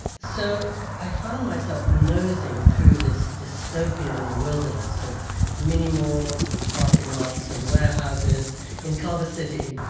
so i find myself nosing through this dystopian wilderness of mini-malls and parking lots and warehouses in culver city.